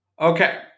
Okay